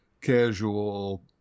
casual